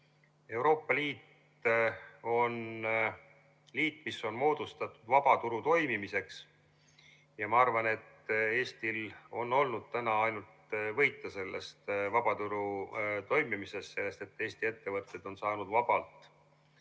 Euroopa Liit on liit, mis on moodustatud vabaturu toimimiseks. Ma arvan, et Eestil on olnud ainult võita vabaturu toimimisest, sellest, et Eesti ettevõtted on saanud vabalt